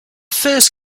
first